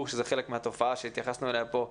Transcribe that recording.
שזה חלק מהתופעה שהתייחסנו אליה פה,